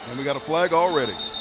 and we've got a flag already.